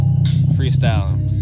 freestyling